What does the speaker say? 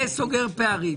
זה סוגר פערים.